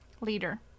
leader